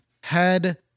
had-